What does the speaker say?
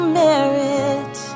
merit